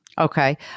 Okay